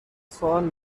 سوال